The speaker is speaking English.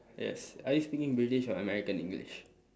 yes are you speaking british or american english